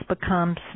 becomes